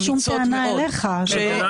אין שום טענה אליך, כמובן.